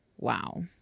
wow